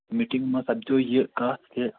meeting منٛز سَپدے یہِ کتھ کہِ